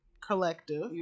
Collective